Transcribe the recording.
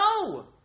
no